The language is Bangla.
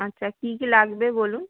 আচ্ছা কী কী লাগবে বলুন